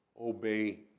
obey